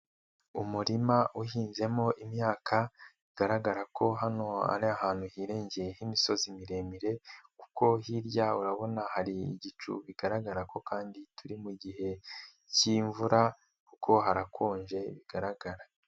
Umurima uhinzemo imyaka bigaragara ko hano ari ahantu hirengeye h'imisozi miremire, kuko hirya urabona hari igicu bigaragara ko kandi turi mu gihe k'imvura kuko harakonje bigaragara.